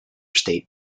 state